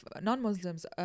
non-Muslims